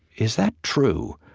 is that true?